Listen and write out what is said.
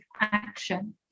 action